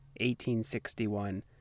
1861